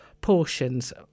portions